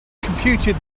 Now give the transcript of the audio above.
computed